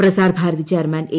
Prasar Bharati chairman A